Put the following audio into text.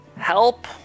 help